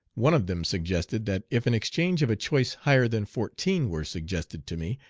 one of them suggested that if an exchange of a choice higher than fourteen were suggested to me,